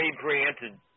preempted